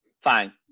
fine